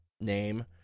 name